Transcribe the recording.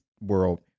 world